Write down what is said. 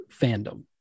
fandom